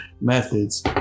methods